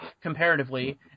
comparatively